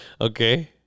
Okay